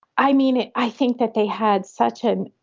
i mean, it i think that they had such an